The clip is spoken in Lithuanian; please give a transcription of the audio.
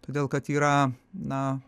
todėl kad yra na